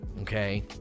Okay